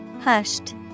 Hushed